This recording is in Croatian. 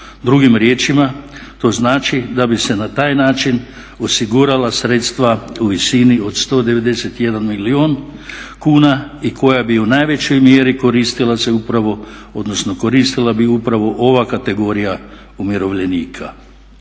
Drugim riječima, to znači da bi se na taj način osigurala sredstva u visini od 191 milijun kuna i koja bi u najvećoj mjeri koristila se upravo odnosno koristila